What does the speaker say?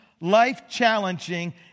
life-challenging